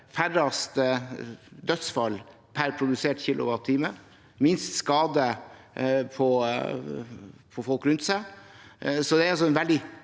færrest dødsfall per produserte kilowattime og minst skade på folk rundt.